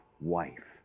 wife